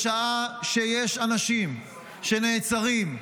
בשעה שיש אנשים שנעצרים,